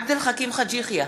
עבד אל חכים חאג' יחיא,